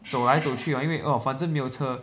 走来走去 what 因为反正没有车